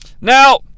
Now